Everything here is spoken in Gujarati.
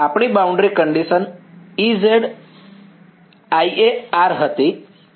આપણી બાઉન્ડ્રી કંડીશન Ez iA હતી